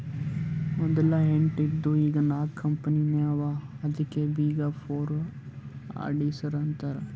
ಮದಲ ಎಂಟ್ ಇದ್ದು ಈಗ್ ನಾಕ್ ಕಂಪನಿನೇ ಅವಾ ಅದ್ಕೆ ಬಿಗ್ ಫೋರ್ ಅಡಿಟರ್ಸ್ ಅಂತಾರ್